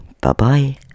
Bye-bye